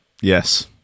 Yes